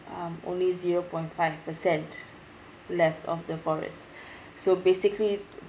um only zero point five percent left of the forest so basically